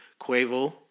Quavo